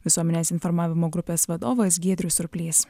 visuomenės informavimo grupės vadovas giedrius surplys